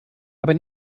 aber